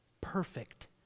perfect